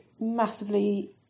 massively